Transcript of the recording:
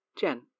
Jen